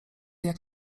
jak